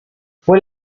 fue